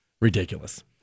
Ridiculous